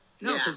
No